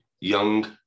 Young